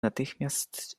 natychmiast